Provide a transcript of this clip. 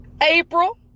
April